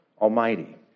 Almighty